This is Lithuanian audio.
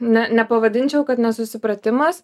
ne nepavadinčiau kad nesusipratimas